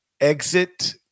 exit